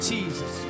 Jesus